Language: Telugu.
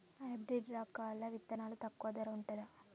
హైబ్రిడ్ రకాల విత్తనాలు తక్కువ ధర ఉంటుందా?